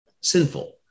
sinful